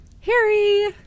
Harry